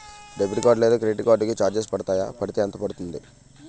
Debit card లేదా credit card కి charges పడతాయా? పడితే ఎంత పడుతుంది?